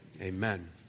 Amen